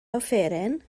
offeryn